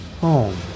home